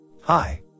Hi